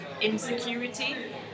insecurity